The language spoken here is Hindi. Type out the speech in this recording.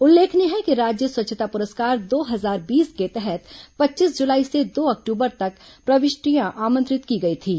उल्लेखनीय है कि राज्य स्वच्छता पुरस्कार दो हजार बीस के तहत पच्चीस जुलाई से दो अक्टूबर तक प्रविष्टियां आमंत्रित की गई थीं